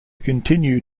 continue